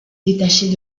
détachée